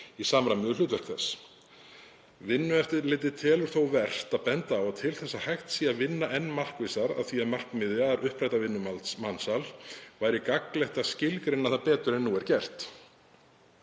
í samræmi við hlutverk þess. Vinnueftirlitið telur þó vert að benda á að til þess að hægt sé að vinna enn markvissar að því markmiði að uppræta vinnumansal væri gagnlegt að skilgreina það betur en nú er gert.“